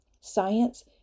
Science